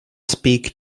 speak